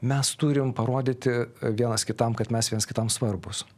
mes turim parodyti vienas kitam kad mes viens kitam svarbūs